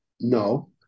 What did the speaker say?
no